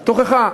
תוכחה.